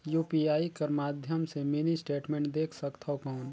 UPI कर माध्यम से मिनी स्टेटमेंट देख सकथव कौन?